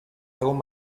egun